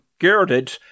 girded